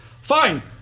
Fine